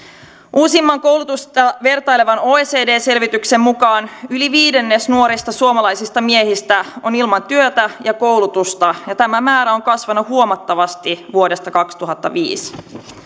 uusimman koulutusta vertailevan oecd selvityksen mukaan yli viidennes nuorista suomalaista miehistä on ilman työtä ja koulutusta ja tämä määrä on kasvanut huomattavasti vuodesta kaksituhattaviisi